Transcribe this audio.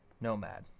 Nomad